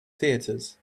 theatres